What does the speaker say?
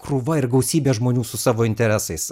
krūva ir gausybė žmonių su savo interesais